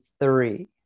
three